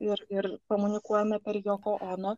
ir ir komunikuojame per joko ono